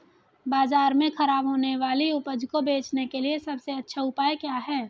बाजार में खराब होने वाली उपज को बेचने के लिए सबसे अच्छा उपाय क्या है?